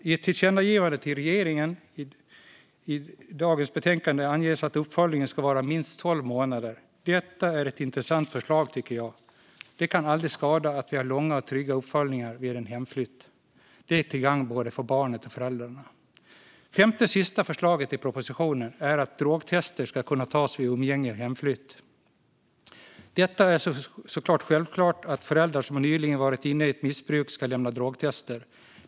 I ett tillkännagivande till regeringen i dagens betänkande anges att uppföljningen ska ske under minst tolv månader. Detta är ett intressant förslag, tycker jag. Det kan aldrig skada att vi har långa och trygga uppföljningar vid en hemflytt. Det är till gagn för både barnet och föräldrarna. Det femte och sista förslaget i propositionen är att drogtester ska kunna tas vid umgänge och hemflytt. Det är självklart att föräldrar som nyligen varit inne i ett missbruk ska lämna drogtester.